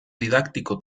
didáctico